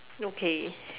okay